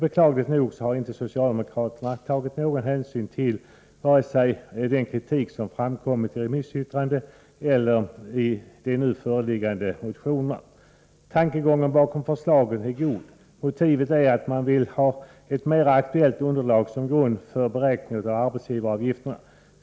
Beklagligt nog har socialdemokraterna emellertid inte tagit någon hänsyn till vare sig den kritik som framkommit i remissyttrandena eller de nu föreliggande motionerna. Tankegången bakom förslagen är god. Motivet är att man vill ha ett mera aktuellt underlag som grund för beräkning av arbetsgivaravgifterna.